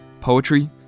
poetry